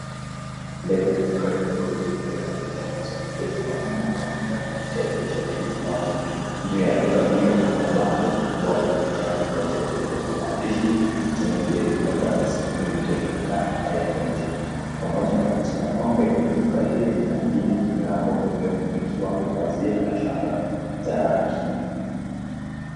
Mbele ya duka ndogo jeupe ya kuuzia maziwa mteja mwanaume anahudumiwa kupitia dirisha lenye bango, juu ya duka hilo kuna bango kubwa la kijani na jeupe yenye maandishi Kieni Dairy Products Ltd na Irh pamoja na picha ya ng'ombe, duka hili lina pia milango iliyofunikiwa na pazia za shanga ya rangi.